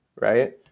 right